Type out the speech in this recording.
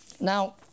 Now